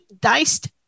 diced